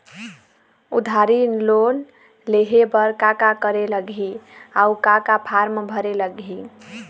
उधारी लोन लेहे बर का का करे लगही अऊ का का फार्म भरे लगही?